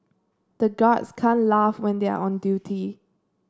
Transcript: the guards can laugh when they are on duty